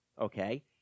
Okay